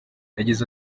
yagize